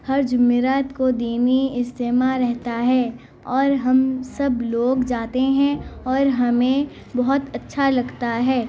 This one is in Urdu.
ہر جمعرات کو دینی اجتماع رہتا ہے اور ہم سب لوگ جاتے ہیں اور ہمیں بہت اچھا لگتا ہے